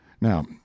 now